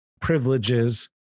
privileges